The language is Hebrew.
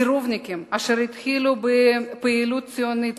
סירובניקים אשר התחילו בפעילות ציונית